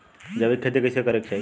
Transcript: जैविक खेती कइसे करे के चाही?